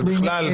אז בכלל.